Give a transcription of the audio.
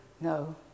No